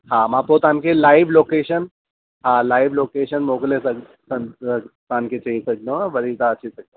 हा मां पोइ तव्हांखे लाइव लोकेशन हा लाइव लोकेशन मोकिले सघ सघ तव्हांखे चई सघदो आहियां वरी तव्हां अची सघंदा